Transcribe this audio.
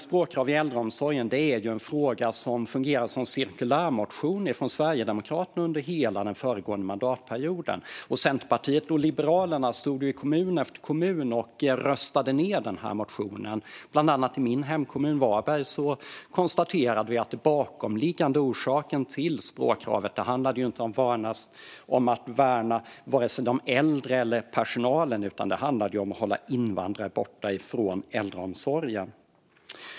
Språkkrav i äldreomsorgen är en fråga som fungerade som cirkulärmotion från Sverigedemokraterna under hela den föregående mandatperioden. Centerpartiet och Liberalerna stod då i kommun efter kommun och röstade ned denna motion. Bland annat i min hemkommun Varberg konstaterade vi att den bakomliggande orsaken till språkkravet inte handlade om att värna vare sig de äldre eller personalen utan om att hålla invandrare borta från äldreomsorgen.